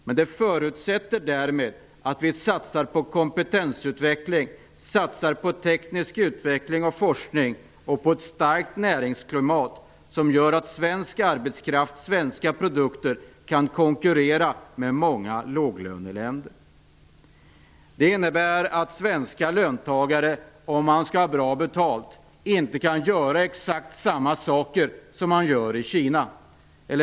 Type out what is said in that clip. Men det förutsätter att vi satsar på kompetensutveckling, teknisk utveckling och forskning och ett starkt näringsklimat, som gör att Sverige med svensk arbetskraft och svenska produkter kan konkurrera med många låglöneländer. Det innebär att svenska löntagare - om man skall ha bra betalt - inte kan göra exakt samma saker som de gör i Kina.